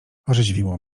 orzeźwiło